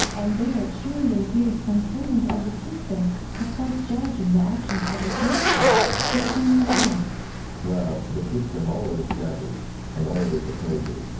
and there surely appears some servant of the system who starts judging the actions of the person who is doing a lot. and im well, the system always judges and always opposes.